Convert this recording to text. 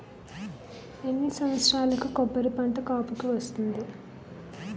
ఎన్ని సంవత్సరాలకు కొబ్బరి పంట కాపుకి వస్తుంది?